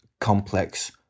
complex